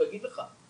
הוא יגיד לך.